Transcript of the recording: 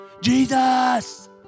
Jesus